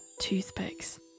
toothpicks